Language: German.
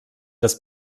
das